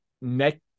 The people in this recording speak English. neck